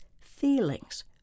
feelings